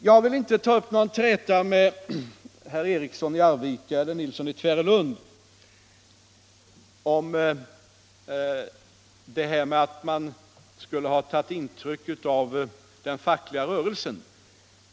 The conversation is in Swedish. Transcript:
Jag vill inte ta upp någon träta med herr Eriksson i Arvika eller herr Nilsson i Tvärålund om att de skulle ha tagit intryck av den fackliga rörelsen.